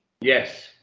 Yes